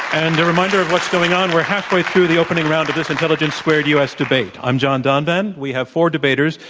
and a reminder of what's going on, we're halfway through the opening round of this intelligence squared u. s. debate. i'm john donvan. we have four debaters,